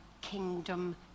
kingdom